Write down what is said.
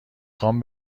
خوام